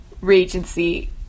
Regency